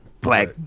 Black